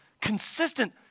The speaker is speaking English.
consistent